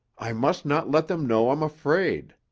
i must not let them know i'm afraid.